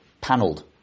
panelled